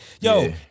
Yo